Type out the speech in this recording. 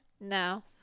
No